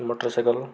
motor cycle